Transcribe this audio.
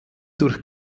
durch